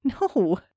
No